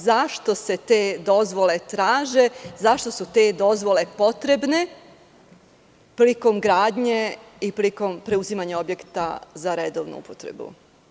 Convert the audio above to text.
Zašto se te dozvole traže, zašto su te dozvole potrebne prilikom gradnje i prilikom preuzimanja objekta za redovnu upotrebu?